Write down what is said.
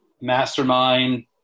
mastermind